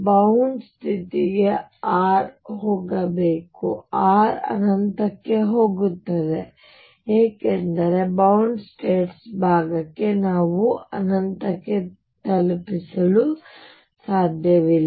bound ಸ್ಥಿತಿಗೆ r 0 ಗೆ ಹೋಗಬೇಕು r ಅನಂತಕ್ಕೆ ಹೋಗುತ್ತದೆ ಏಕೆಂದರೆ ಬೌಂಡ್ ಸ್ಟೇಟ್ಸ್ ಭಾಗಕ್ಕೆ ನಾವು ಅನಂತಕ್ಕೆ ತಪ್ಪಿಸಿಕೊಳ್ಳಲು ಸಾಧ್ಯವಿಲ್ಲ